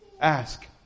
Ask